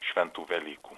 šventų velykų